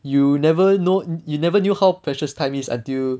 you never know you never knew how precious time is until